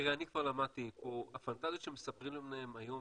אני כבר למדתי, הפנטזיות שמספרים היום,